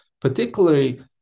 particularly